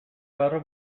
barru